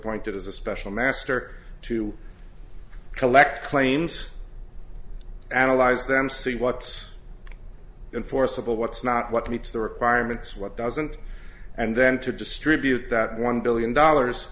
d as a special master to collect claims analyze them see what enforceable what's not what meets the requirements what doesn't and then to distribute that one billion dollars